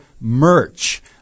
merch